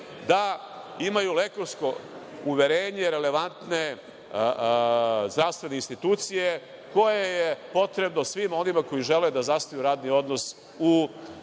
da imaju elektronsko uverenje relevantne zdravstvene institucije, koja je potrebna svima onima koji žele da zasnuju radni odnos u javnom